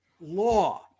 law